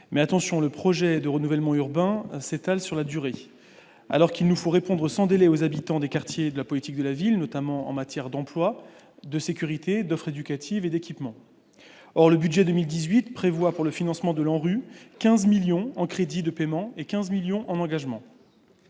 Mais, attention : le projet de renouvellement urbain s'étale dans la durée, alors qu'il nous faut répondre sans délai aux préoccupations des habitants des quartiers de la politique de la ville, notamment en matière d'emploi, de sécurité, d'offre éducative et d'équipements ... Or le budget pour 2018 prévoit pour le financement de l'ANRU 15 millions d'euros en crédits de paiement et 15 millions d'euros en